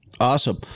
Awesome